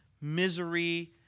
misery